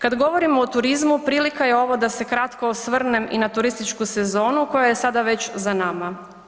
Kad govorimo o turizmu, prilika je ovo da se kratko osvrnem i na turističku sezonu koja je sada već za nama.